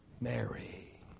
Mary